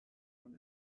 von